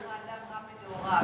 יצר האדם רע מנעוריו.